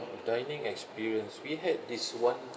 dining experience we had this one